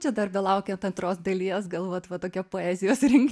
čia dar belaukiant antros dalies gal vat va tokia poezijos rink